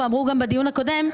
ואמרו גם בדיון הקודם,